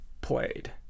played